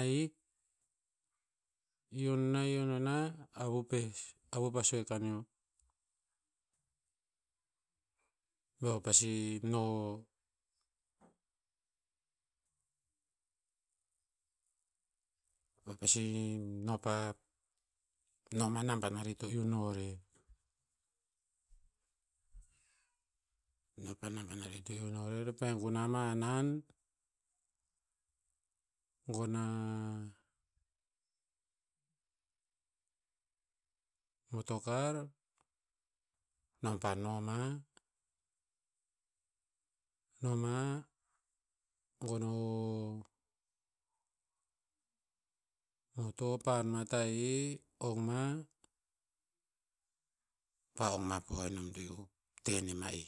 ahik, ihio nenah, hionena, avu pes- avu pa sue kaneo, beo pasi no no mea naban ari to iu no rer. No mea naban ari to iu no rer, pa gunah ma hanan, gon a motokar, nom pa noma, noma gon o moto pahan ma tahi, ong ma, pa ong ma po o enom to tenem a'ih.